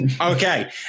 Okay